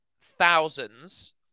thousands